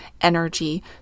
energy